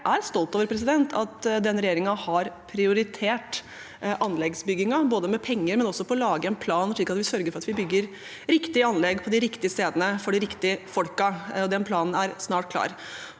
jeg er stolt av at denne regjeringen har prioritert anleggsbyggingen, både med penger og også med å lage en plan slik at vi sørger for at vi bygger riktige anlegg på de riktige stedene for de riktige folkene. Den planen er snart klar.